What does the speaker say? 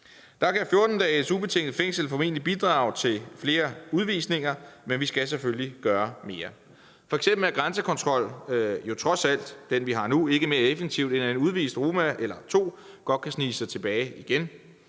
Der kan 14 dages ubetinget fængsel formentlig bidrage til flere udvisninger, men vi skal selvfølgelig gøre mere. F.eks. er den grænsekontrol, vi har nu, jo trods alt ikke mere effektiv, end at en udvist roma eller to godt kan snige sig tilbage igen.